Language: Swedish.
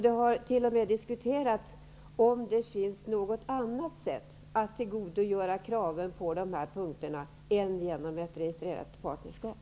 Det har t.o.m. diskuterats om det finns något annat sätt att tillgodose kraven på dessa punkter än genom ett registrerat partnerskap.